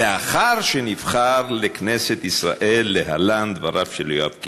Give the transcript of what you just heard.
לאחר שנבחר לכנסת ישראל, להלן דבריו של יואב קיש: